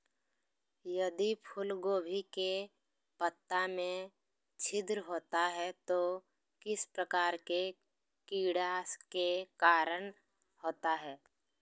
यदि फूलगोभी के पत्ता में छिद्र होता है तो किस प्रकार के कीड़ा के कारण होता है?